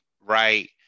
right